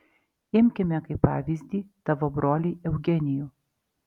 imkime kaip pavyzdį tavo brolį eugenijų